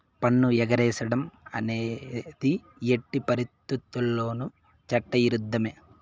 పన్ను ఎగేసేడం అనేది ఎట్టి పరిత్తితుల్లోనూ చట్ట ఇరుద్ధమే